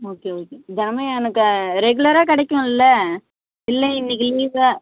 okay okay தினமும் எனக்கு ரெகுலராக கிடைக்கும்ல இல்லை இன்றைக்கு லீவு